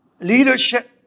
leadership